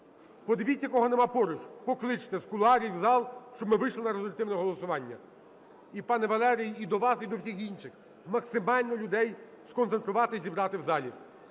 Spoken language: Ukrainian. Подивіться, кого немає поруч, покличте із кулуарів у зал, щоб ми вийшли на результативне голосування. І пане Валерію, і до вас, і до всіх інших: максимально людей сконцентрувати і зібрати у залі.